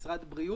משרד הבריאות,